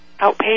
outpatient